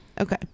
okay